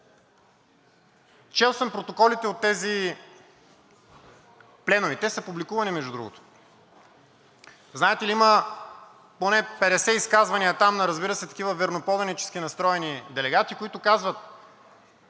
Чел съм протоколите от тези пленуми, те са публикувани, между другото. Знаете ли, има поне 50 изказвания там на, разбира се, такива верноподанически настроени делегати, които казват